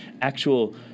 actual